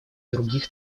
других